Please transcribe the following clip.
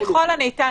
ככל הניתן,